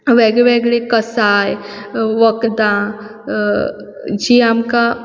वेगळे वेगळे कसाय वखदां जीं आमकां